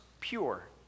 pure